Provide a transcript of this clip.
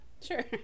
sure